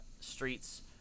streets